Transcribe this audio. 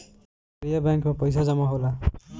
केंद्रीय बैंक में पइसा जमा होला